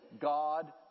God